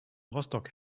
rostock